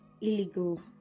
illegal